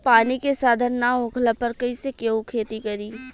पानी के साधन ना होखला पर कईसे केहू खेती करी